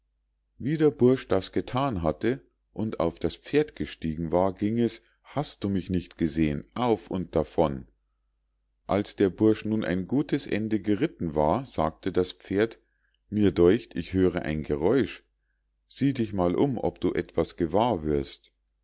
wie der bursch das gethan hatte und auf das pferd gestiegen war ging es hast du mich nicht gesehen auf und davon als der bursch nun ein gutes ende geritten war sagte das pferd mir däucht ich höre ein geräusch sieh dich mal um ob du etwas gewahr wirst